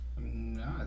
No